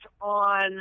on